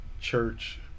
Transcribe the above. church